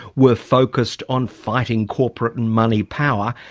were focused on fighting corporate and money power.